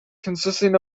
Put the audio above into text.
consisting